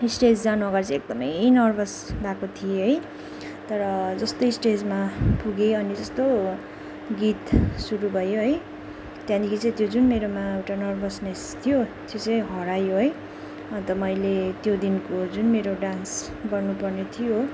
stage जानु अगाडि चाहिँ एकदमै नर्बस भएको थिएँ है तर जस्तो स्टेजमा पुगेँ अनि जस्तो गीत सुरु भयो है त्यहाँदेखि चाहिँ त्यो जुन मेरोमा एउटा नर्बसनेस थियो त्यो चाहिँ हरायो है अन्त मैले त्यो दिनको जुन मेरो डान्स गर्नुपर्ने थियो